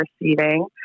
receiving